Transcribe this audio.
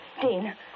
dean